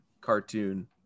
cartoon